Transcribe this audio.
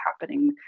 happening